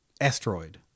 asteroid